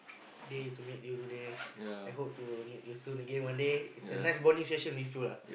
day to meet you today I hope to meet you soon again one day it's a nice bonding session with you lah